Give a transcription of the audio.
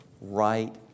right